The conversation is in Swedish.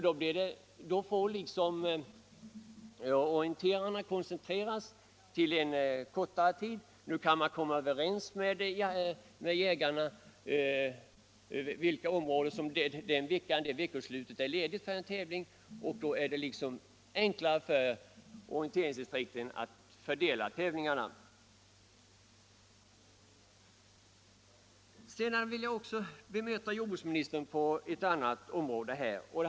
Då får orienteringarna koncentreras till en kortare tid, Nu kan man komma överens med jägarna om vilka områden som ett visst veckoslut är lediga för en tävling, och på det sättet blir det enklare för orienteringsdistrikten att fördela tävlingarna. Sedan vill jag bemöta jordbruksministern på ett annat område.